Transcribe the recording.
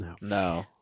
No